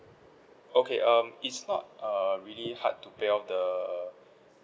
okay um it's not uh really hard to pay off the